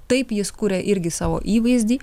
taip jis kuria irgi savo įvaizdį